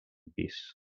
pis